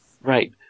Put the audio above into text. Right